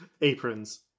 aprons